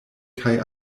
kaj